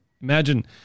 Imagine